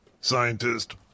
scientist